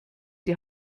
die